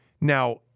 Now